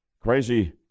crazy